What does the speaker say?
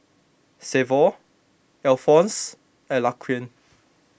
Severt Alphons and Laquan